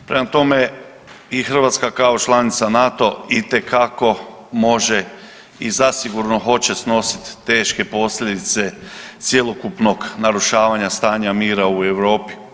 Prema tome, i Hrvatska kao članica NATO itekako može i zasigurno hoće snositi teške posljedice cjelokupnog narušavanja stanja mira u Europi.